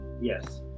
Yes